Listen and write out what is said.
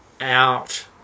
out